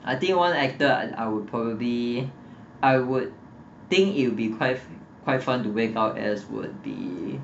I think one actor I I would probably I would think it will be quite quite fun to wake up as would be